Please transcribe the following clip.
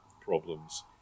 problems